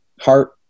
Heart